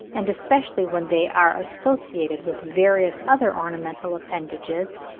and especially when they are associated with various other ornamental appendages,